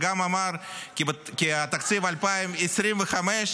וגם אמר כי תקציב 2025 -- בפעם השלישית,